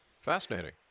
Fascinating